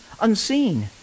unseen